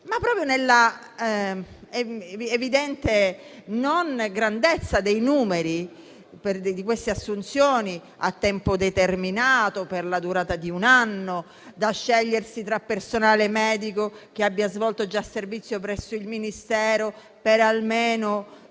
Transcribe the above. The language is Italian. a fronte della evidente non grandezza dei numeri delle assunzioni a tempo determinato - per la durata di un anno, da scegliersi tra personale medico che abbia svolto già servizio presso il Ministero per almeno